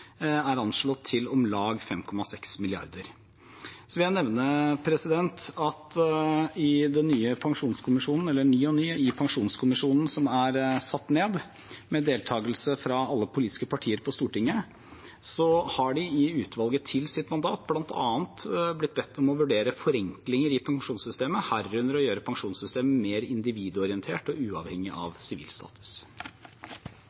er anslått til om lag 5,6 mrd. kr. Så vil jeg vise til den nye pensjonskommisjonen – eller ny og ny – som er satt ned, med deltakelse fra alle politiske partier på Stortinget. Utvalget har i sitt mandat bl.a. blitt bedt om å vurdere forenklinger i pensjonssystemet, herunder å gjøre pensjonssystemet mer individorientert og uavhengig av